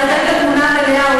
אני רק אתן את התמונה המלאה,